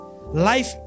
life